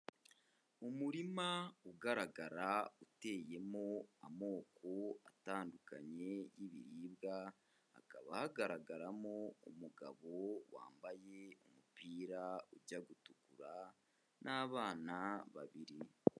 Umurima ugaragara uteyemo amoko atandukanye y'ibiribwa, hakaba hagaragaramo umugabo wambaye umupira ujya gutukura n'abana babiri.